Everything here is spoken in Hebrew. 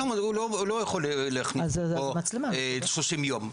הוא לא יכול להכניס 30 יום,